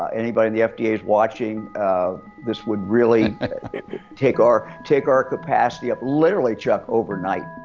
ah anybody in the fda's watching this would really take our take our capacity up literally, chuck, overnight,